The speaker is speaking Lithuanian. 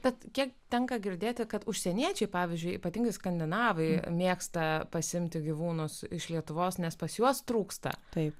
bet kiek tenka girdėti kad užsieniečiai pavyzdžiui ypatingai skandinavai mėgsta pasiimti gyvūnus iš lietuvos nes pas juos trūksta tai